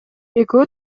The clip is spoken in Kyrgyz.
экөө